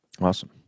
Awesome